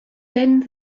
then